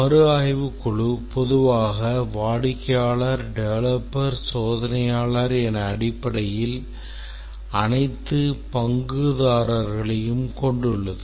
மறுஆய்வுக் குழு பொதுவாக வாடிக்கையாளர் டெவலப்பர் சோதனையாளர் என அடிப்படையில் அனைத்து பங்குதாரர்களையும் கொண்டுள்ளது